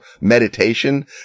meditation